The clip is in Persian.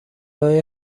های